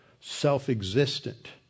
self-existent